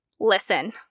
Listen